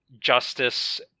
justice